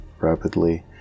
rapidly